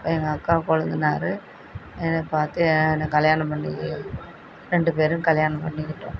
அப்போ எங்கள் அக்கா கொழுந்தனாரு என்னை பார்த்து என்னை கல்யாணம் பண்ணிக்க ரெண்டு பேரும் கல்யாணம் பண்ணிக்கிட்டோம்